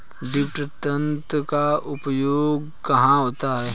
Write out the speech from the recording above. Drip तंत्र का उपयोग कहाँ होता है?